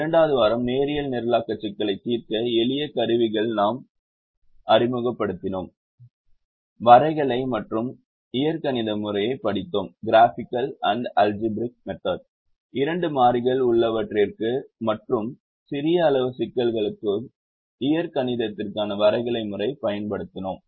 இரண்டாவது வாரம் நேரியல் நிரலாக்க சிக்கலைத் தீர்க்க எளிய கருவிகளை நாம் அறிமுகப்படுத்தினோம் வரைகலை மற்றும் இயற்கணித முறையைப் படித்தோம் இரண்டு மாறிகள் உள்ளவற்றிற்கு மற்றும் சிறிய அளவு சிக்கல்களுக்கும் இயற்கணிதத்திற்கான வரைகலை முறை பயன்படுத்தலாம்